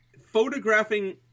photographing